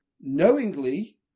knowingly